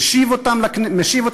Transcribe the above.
משיב אותם לכנסת.